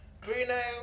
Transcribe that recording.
Bruno